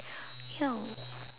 ya